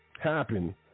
happen